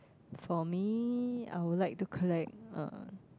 for me I would like to collect uh